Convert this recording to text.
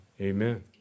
amen